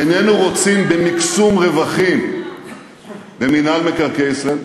איננו רוצים במקסום רווחים במינהל מקרקעי ישראל.